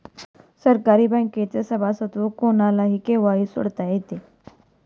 सहकारी बँकेचे सभासदत्व कोणालाही केव्हाही सोडता येते